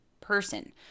person